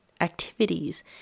activities